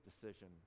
decision